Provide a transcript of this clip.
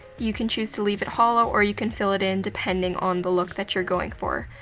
you can choose to leave it hollow, or you can fill it in, depending on the look that you're going for.